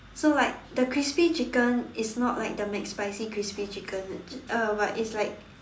so like the crispy chicken is not like the McSpicy crispy chicken uh but it's like